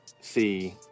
see